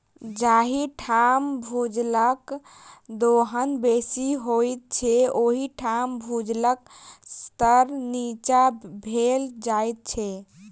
जाहि ठाम भूजलक दोहन बेसी होइत छै, ओहि ठाम भूजलक स्तर नीचाँ भेल जाइत छै